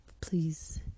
please